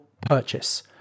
purchase